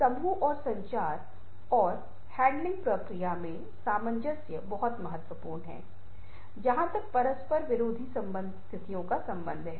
संभवतः यह आपको कुछ मापने के बारे में बताता है या कुछ मापने में सक्षम नहीं है या किसी समस्या का सामना करने या मापने की चुनौती को उठा रहा है